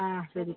ആ ശരി